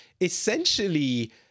essentially